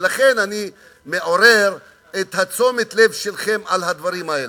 ולכן אני מעורר את תשומת הלב שלכם לדברים האלה.